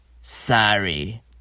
Sorry